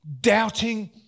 doubting